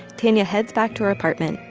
tanya heads back to her apartment,